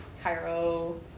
Cairo